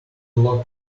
log